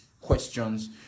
questions